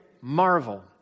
marvel